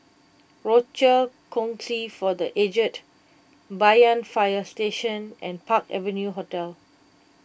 Rochor Kongsi for the Aged Banyan Fire Station and Park Avenue Hotel